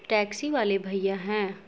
taxi والے بھیا ہیں